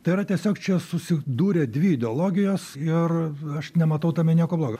tai yra tiesiog čia susidūrė dvi ideologijos ir aš nematau tame nieko blogo